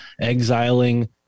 exiling